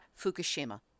Fukushima